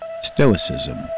Stoicism